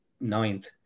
ninth